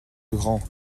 grands